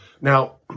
Now